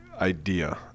idea